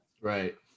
Right